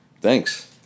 Thanks